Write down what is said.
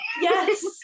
Yes